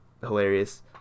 hilarious